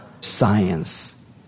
science